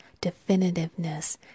definitiveness